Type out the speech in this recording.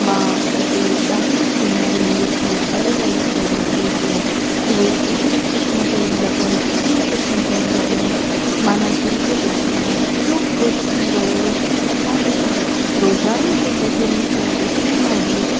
मां उते ॾाढियूं सीनरियूं ॾिठियूं अलॻि अलॻि तरीक़े जूं उहे एॾियूं सुठियूं पियूं लॻनि एॾियूं सुठियूं पियूं लॻनि माना जिनखे ॾिसी मन एॾो ख़ुशि थी वियो की असां जेकी रोज़ानी ज़िंदगीअ में शइ ॾिठी न हुई